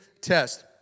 test